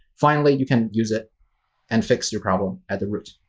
finally you can use it and fix your problem at the root.